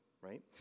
right